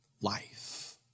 life